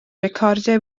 recordiau